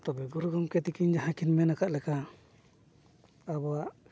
ᱛᱚᱵᱮ ᱜᱩᱨᱩ ᱜᱚᱢᱠᱮ ᱛᱟᱹᱠᱤᱱ ᱡᱟᱦᱟᱸ ᱠᱤᱱ ᱢᱮᱱ ᱟᱠᱟᱫ ᱞᱮᱠᱟ ᱟᱵᱚᱣᱟᱜ